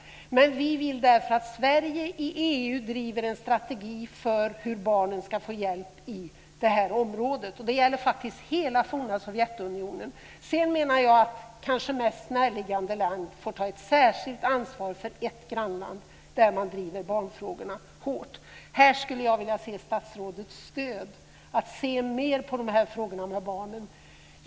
Men vi vill därför att Sverige i EU driver en strategi för hur barnen ska få hjälp i det här området. Det gäller faktiskt hela det forna Sovjetunionen. Sedan menar jag att mest näraliggande land kanske får ta ett särskilt ansvar för ett grannland och driva barnfrågorna hårt. Här skulle jag vilja se statsrådets stöd, när det gäller att se mer på de här frågorna om barnen.